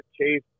chase